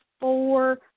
four